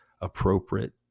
appropriate